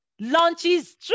launches